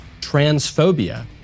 transphobia